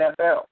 NFL